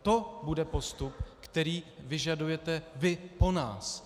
To bude postup, který vyžadujete vy po nás.